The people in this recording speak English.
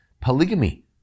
polygamy